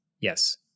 Yes